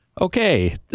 Okay